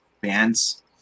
bands